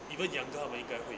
even younger 他们应该会